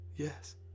Yes